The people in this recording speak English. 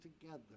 together